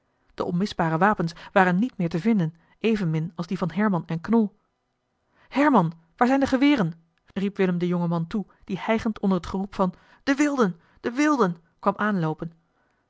de onmisbare wapens waren niet meer te vinden evenmin als die van herman en knol herman waar zijn de geweren riep willem den jongen man toe die hijgend onder het geroep van de wilden de wilden kwam aanloopen